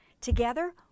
Together